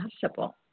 possible